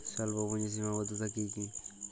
স্বল্পপুঁজির সীমাবদ্ধতা কী কী?